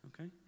Okay